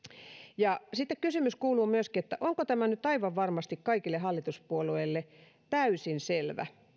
ja sitten kysymys kuuluu myöskin onko tämä nyt aivan varmasti kaikille hallituspuolueille täysin selvä